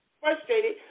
frustrated